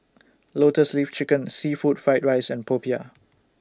Lotus Leaf Chicken Seafood Fried Rice and Popiah